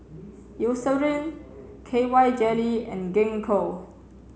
K Y Jelly and Gingko